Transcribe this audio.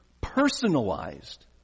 Personalized